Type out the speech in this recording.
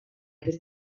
per